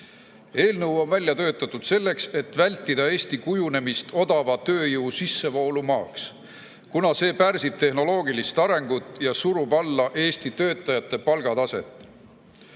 Eelnõu on välja töötatud selleks, et vältida Eesti kujunemist odava tööjõu sissevoolu maaks, kuna see pärsib tehnoloogilist arengut ja surub alla Eesti töötajate palgataset.